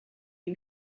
you